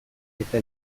eta